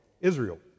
Israel